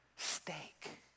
Steak